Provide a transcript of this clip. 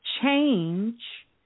change